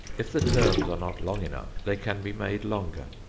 if the terms are not long enough, they can be made longer.